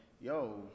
yo